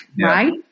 right